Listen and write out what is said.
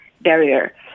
barrier